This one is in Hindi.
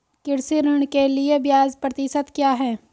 कृषि ऋण के लिए ब्याज प्रतिशत क्या है?